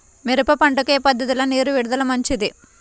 మిరప పంటకు ఏ పద్ధతిలో నీరు విడుదల మంచిది?